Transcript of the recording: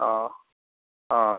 ആ ആ